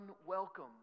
unwelcome